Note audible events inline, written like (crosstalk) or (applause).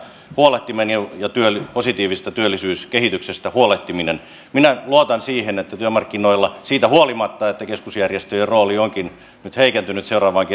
huolehtiminen ja positiivisesta työllisyyskehityksestä huolehtiminen minä luotan siihen että työmarkkinoilla siitä huolimatta että keskusjärjestöjen rooli onkin nyt heikentynyt seuraavalle (unintelligible)